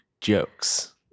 jokes